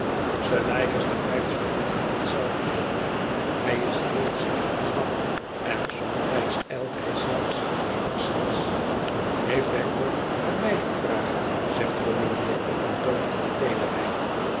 sir leicester blijft zoo omtrent hetzelfde jufvrouw hij is heel ziek en zwak en somtijds ijlt hij zelfs eenigszins heeft hij ook naar mij gevraagd zegt volumnia op een toon vol teederheid